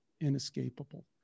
inescapable